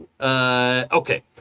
Okay